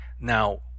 Now